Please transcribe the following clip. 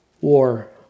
war